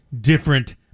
different